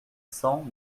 cents